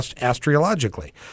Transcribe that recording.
astrologically